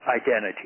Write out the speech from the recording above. identity